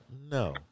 no